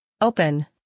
open